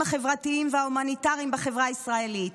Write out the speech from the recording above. החברתיים וההומניטאריים בחברה הישראלית,